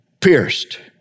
Pierced